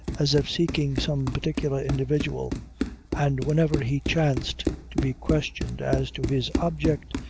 as if seeking some particular individual and whenever he chanced to be questioned as to his object,